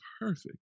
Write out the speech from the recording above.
perfect